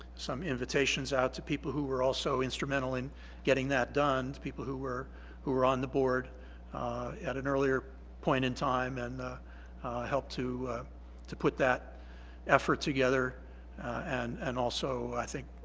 some invitations out to people who were also instrumental in getting that done people who were who were on the board at an earlier point in time and helped to to put that effort together and and also i think